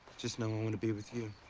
just know i want to be with you.